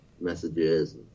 messages